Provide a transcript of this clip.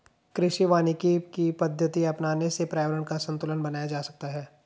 कृषि वानिकी की पद्धति अपनाने से पर्यावरण का संतूलन बनाया जा सकता है